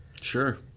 Sure